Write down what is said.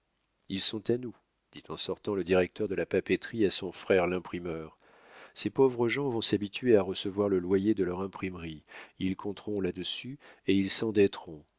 ils sont à nous dit en sortant le directeur de la papeterie à son frère l'imprimeur ces pauvres gens vont s'habituer à recevoir le loyer de leur imprimerie ils compteront là-dessus et ils s'endetteront